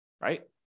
right